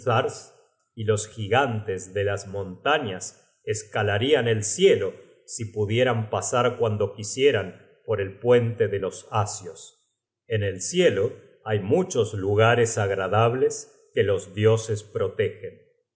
y los gigantes de las montañas escalarian el cielo si pudieran pasar cuando quisieran por el puente de los asios en el cielo hay muchos lugares agradables que los dioses protegen